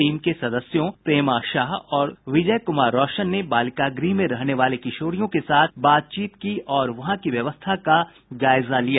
team के सदस्यों प्रेमा शाह और विजय कुमार रौशन ने बालिका गृह में रहने वाली किशोरियों के साथ बातचीत की और वहां की व्यवस्था का जायजा लिया